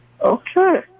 Okay